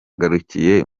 kabiri